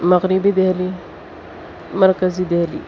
مغربی دہلی مرکزی دہلی